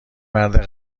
مرد